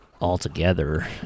altogether